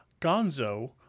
Gonzo